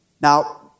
Now